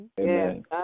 Amen